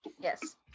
Yes